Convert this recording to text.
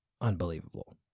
unbelievable